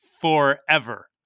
forever